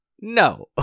No